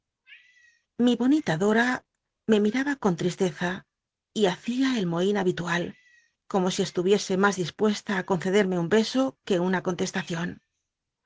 bonita dora me mi raba con tl'istcza y hacia el mohin habitual como si estuviese mas dispuesta á concederme un beso que una contcslacion